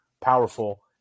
powerful